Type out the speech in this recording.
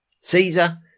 Caesar